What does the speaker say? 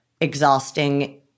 exhausting